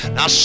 Now